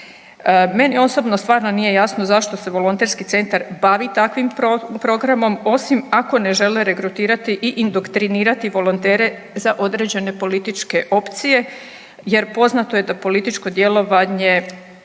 Meni osobno stvarno nije jasno zašto se volonterski centar bavi takvim programom osim ako ne želi regrutirati i indoktrinirati volontere za određene političke opcije jer poznato je da političko djelovanje